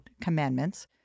commandments